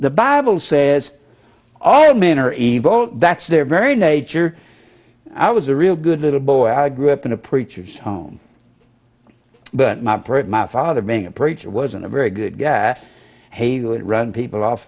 the bible says all men are evolved that's their very nature i was a real good little boy i grew up in a preacher's home but my prick my father being a preacher wasn't a very good guy he would run people off